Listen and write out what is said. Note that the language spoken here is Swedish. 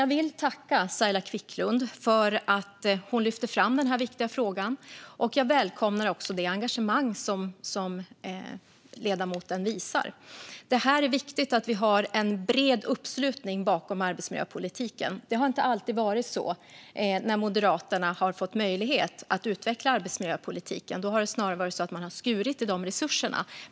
Jag vill tacka Saila Quicklund för att hon har lyft fram denna viktiga fråga, och jag välkomnar det engagemang som ledamoten visar. Det är viktigt att vi har en bred uppslutning bakom arbetsmiljöpolitiken. Det har inte alltid varit så när Moderaterna har fått möjlighet att utveckla den, utan då har man snarare skurit ned resurserna.